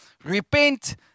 repent